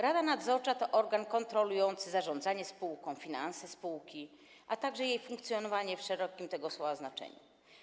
Rada nadzorcza to organ kontrolujący zarządzanie spółką, finanse spółki, a także jej funkcjonowanie w szerokim tego słowa znaczeniu.